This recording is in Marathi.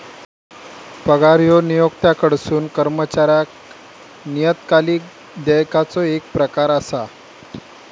पगार ह्यो नियोक्त्याकडसून कर्मचाऱ्याक नियतकालिक देयकाचो येक प्रकार असा